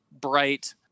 bright